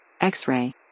X-ray